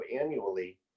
annually